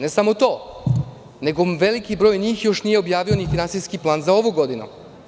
Ne samo to, nego veliki broj njih još nije objavio ni finansijski plan za ovu godinu.